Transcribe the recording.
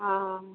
हँ